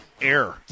air